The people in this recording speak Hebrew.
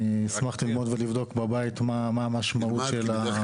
אני אשמח ללמוד מה המשמעות של זה.